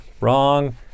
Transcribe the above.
wrong